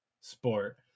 sport